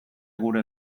gure